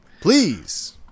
please